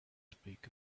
speak